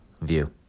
view